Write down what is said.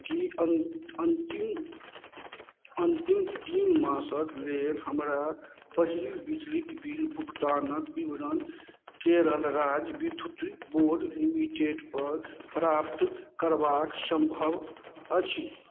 कि अन अन्तिम अन्तिम तीन मासके लेल हमरा पहिल बिजली बिल भुगतानके विवरण केरल राज्य विद्युत बोर्ड लिमिटेडपर प्राप्त करबाक सम्भव अछि